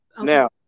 Now